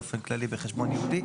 באופן כללי בחשבון ייעודי,